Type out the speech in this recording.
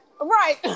Right